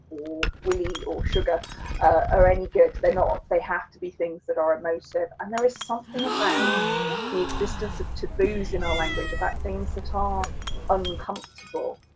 willy, or sugar are any good they're not they have to be things that are emotive, and there is something about the existence of taboos in our language, about things that are uncomfortable,